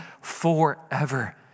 forever